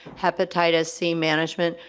hepatitis c management,